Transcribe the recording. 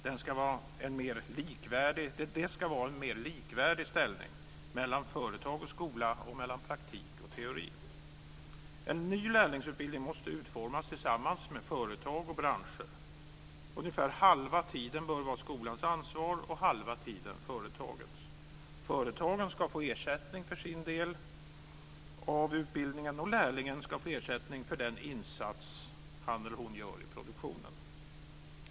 Det ska vara en mer likvärdig ställning mellan företag och skola och mellan praktik och teori. En ny lärlingsutbildning måste utformas tillsammans med företag och branscher. Ungefär halva tiden bör vara skolans ansvar och halva tiden företagets. Företagen ska få ersättning för sin del av utbildningen och lärlingen ska få ersättning för den insats han eller hon gör i produktionen.